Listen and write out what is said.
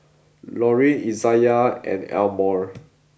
Laurene Izayah and Elmore